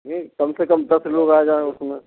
ये कम से कम दस लोग आ जाएं उसमें